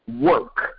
work